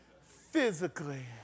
physically